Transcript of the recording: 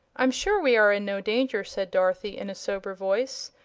i'm sure we are in no danger, said dorothy, in a sober voice.